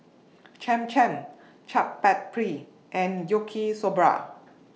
Cham Cham Chaat Papri and Yaki Soba